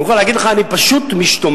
אני מוכרח להגיד לך, אני פשוט משתומם.